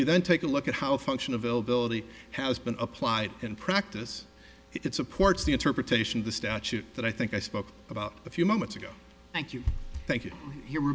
then take a look at how function availability has been applied in practice it supports the interpretation of the statute that i think i spoke about a few moments ago thank you thank you